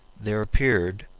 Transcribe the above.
there appeared,